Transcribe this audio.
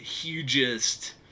hugest